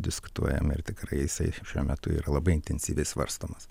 diskutuojam ir tikrai jisai šiuo metu yra labai intensyviai svarstomas